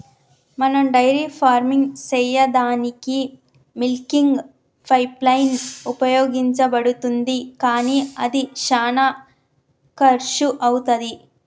మనం dairy farming సెయ్యదానికీ milking pipeline ఉపయోగించబడుతుంది కానీ అది శానా కర్శు అవుతది